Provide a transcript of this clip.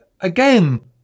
again